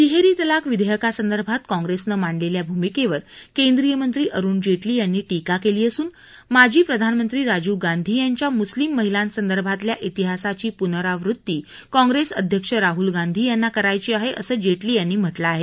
तिहेरी तलाक विधेयकासंदर्भात काँग्रेसनं मांडलेल्या भूमिकेवर केंद्रीय मंत्री अरुण जेटली यांनी टीका केली असून माजी प्रधाननंत्री राजीव गांधी यांच्या मुस्लिम महिलांसंदर्भातल्या शिहासाची पुनरावृत्ती काँग्रेस अध्यक्ष राहुल गांधी यांना करायची आहे असं जेटली यांनी म्हटलं आहे